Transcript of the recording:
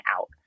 out